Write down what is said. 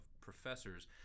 professors